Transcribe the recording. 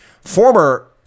Former